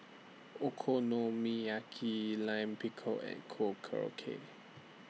Okonomiyaki Lime Pickle and Korokke